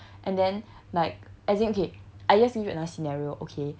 and then like as in okay I just give you another scenario okay